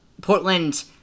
Portland